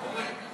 אורן,